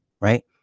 right